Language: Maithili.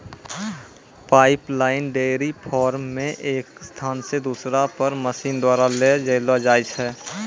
पाइपलाइन डेयरी फार्म मे एक स्थान से दुसरा पर मशीन द्वारा ले जैलो जाय छै